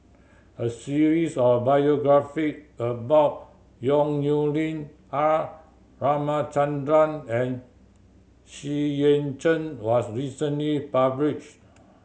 a series of biography about Yong Nyuk Lin R Ramachandran and Xu Yuan Zhen was recently published